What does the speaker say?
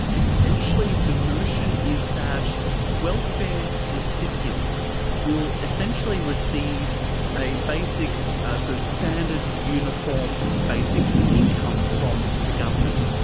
essentially the notion is that welfare recipients will essentially receive a basic ah so standard uniform basic income from the government.